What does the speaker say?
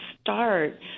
start